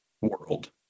world